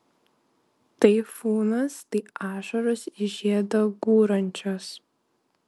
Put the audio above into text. taifūnas tai ašaros į žiedą gūrančios